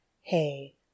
Hey